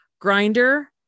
grinder